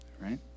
right